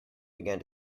began